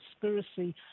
conspiracy